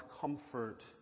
comfort